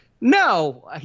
No